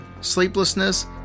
sleeplessness